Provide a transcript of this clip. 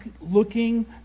looking